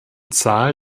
zahl